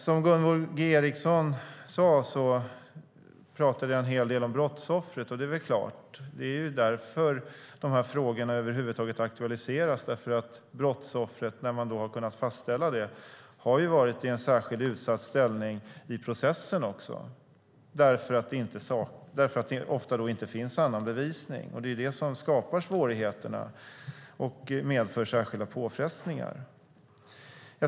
Som Gunvor G Ericson sade talade jag en hel del om brottsoffret, och det är klart att jag gjorde det. Att dessa frågor över huvud taget aktualiseras beror ju på att brottsoffret, när man har kunnat fastställa det, har varit i en särskilt utsatt ställning även i processen eftersom det ofta saknas annan bevisning. Det skapar svårigheter och medför särskilda påfrestningar.